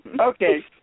Okay